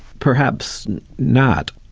perhaps not.